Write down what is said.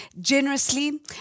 generously